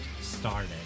started